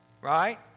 right